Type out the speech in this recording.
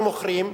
ומוכרים,